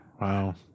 Wow